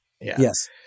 Yes